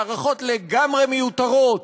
מערכות לגמרי מיותרות,